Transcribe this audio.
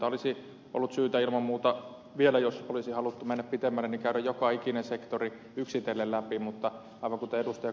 olisi ollut syytä ilman muuta vielä jos olisi haluttu mennä pitemmälle käydä joka ikinen sektori yksitellen läpi mutta aivan kuten ed